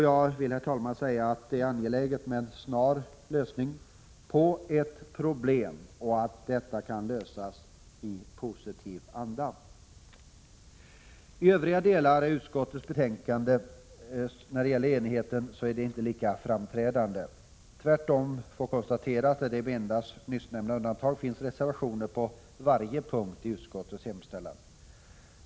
Jag vill, herr talman, säga att det är angeläget med en snar lösning på detta problem och att det kan lösas i positiv anda. I övriga delar av utskottets betänkande är enigheten inte lika framträdande. Tvärtom får konstateras att det med endast nyssnämnda undantag finns reservationer på varje punkt i utskottets hemställan.